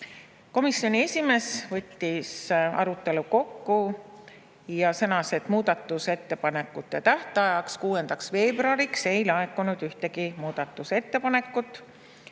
Komisjoni esimees võttis arutelu kokku ja sõnas, et muudatusettepanekute tähtajaks, 6. veebruariks ei laekunud ühtegi muudatusettepanekut.